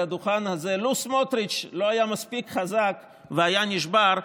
הדוכן הזה לו סמוטריץ' לא היה מספיק חזק והיה נשבר,